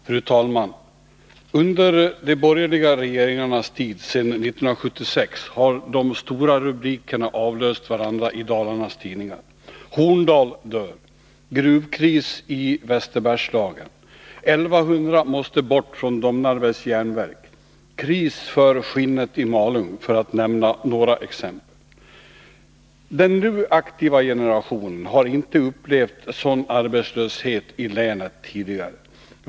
Fru talman! Under de borgerliga regeringarnas tid sedan 1976 har de stora rubrikerna avlöst varandra i Dalarnas tidningar: Horndal dör! Gruvkris i Västerbergslagen! 1100 måste bort från Domnarvets järnverk! Kris för skinnet i Malung! — Jag säger detta för att nämna några exempel. Den nu aktiva generationen har inte upplevt en sådan arbetslöshet i länet tidigare.